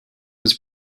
was